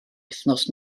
wythnos